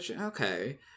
okay